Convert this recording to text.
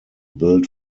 built